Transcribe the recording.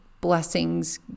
blessings